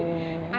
ya